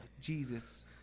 Jesus